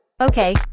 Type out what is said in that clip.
Okay